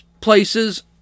places